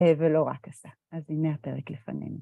ולא רק אסא. אז הנה הפרק לפנינו.